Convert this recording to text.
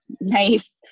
nice